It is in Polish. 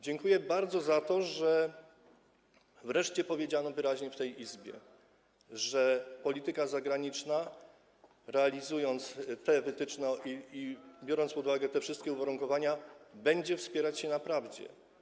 Dziękuję bardzo za to, że wreszcie powiedziano wyraźnie w tej Izbie, że polityka zagraniczna, realizując te wytyczne i biorąc pod uwagę tę wszystkie uwarunkowania, będzie wspierać się na prawdzie.